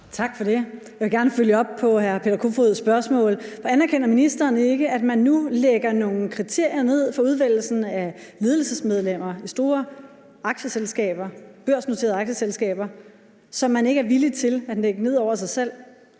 Tak for det. Jeg vil gerne følge op på hr. Peter Kofods spørgsmål. For anerkender ministeren ikke, at man nu lægger nogle kriterier for udvælgelsen af ledelsesmedlemmer i store børsnoterede aktieselskaber ned, som man ikke er villig til at lægge ned over sig selv?